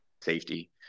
safety